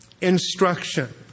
instruction